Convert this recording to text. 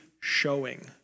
showing